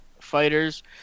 fighters